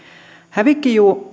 hävikkiruuan